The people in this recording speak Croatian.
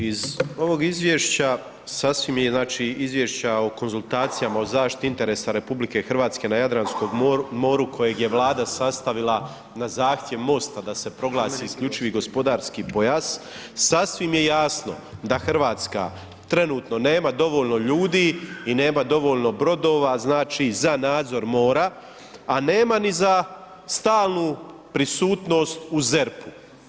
Iz ovog izvješća sasvim je znači, Izvješća o konzultacijama o zaštiti interesa RH na Jadranskom moru kojeg je Vlada sastavila na zahtjev MOST-a da se proglasi isključivi gospodarski pojas, sasvim je jasno da Hrvatska trenutno nema dovoljno ljudi i nema dovoljno brodova, znači za nadzor mora a nema ni za stalnu prisutnost u ZERP-u.